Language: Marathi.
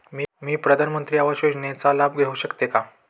मी प्रधानमंत्री आवास योजनेचा लाभ घेऊ शकते का?